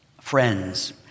friends